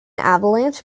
avalanche